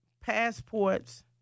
passports